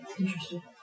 Interesting